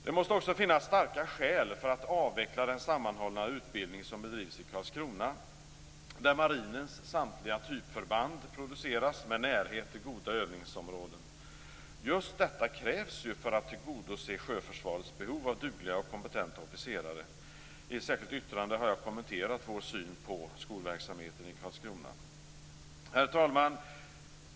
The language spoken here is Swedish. Det måste finnas starka skäl för att avveckla den sammanhållna utbildning som bedrivs i Karlskrona, där marinens samtliga typförband produceras med närhet till goda övningsområden. Just detta krävs ju för att tillgodose sjöförsvarets behov av dugliga och kompetenta officerare. I ett särskilt yttrande har jag kommenterat vår syn på skolverksamheten i Karlskrona. Herr talman!